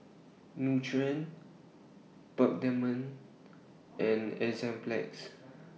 Nutren Peptamen and Enzyplex